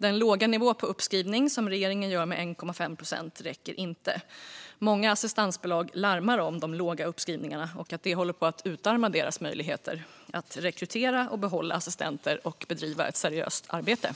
Den låga nivå på uppskrivning som regeringen gör med 1,5 procent räcker inte. Många assistansbolag larmar om att de låga uppskrivningarna håller på att utarma deras möjligheter att rekrytera och behålla assistenter och att bedriva ett seriöst arbete.